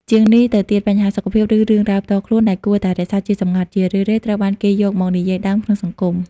ជាងនេះទៅទៀតបញ្ហាសុខភាព ឬរឿងរ៉ាវផ្ទាល់ខ្លួនដែលគួរតែរក្សាជាសម្ងាត់ ជារឿយៗត្រូវបានគេយកមកនិយាយដើមក្នុងសង្គម។